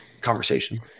conversation